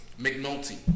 McNulty